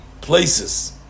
places